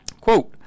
Quote